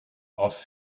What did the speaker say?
off